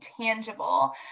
tangible